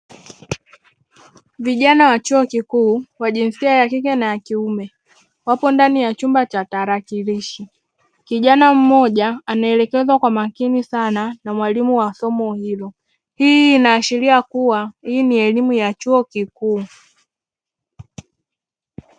Vijana wa chuo kikuu wa jinsia ya kike na ya kiume wapo ndani ya chumba cha tarakirishi kijana mmoja anaelekezwa kwa makini sana na mwalimu wa somo hilo. Hii inaashiria kuwa hii ni elimu ya chuo kikuu.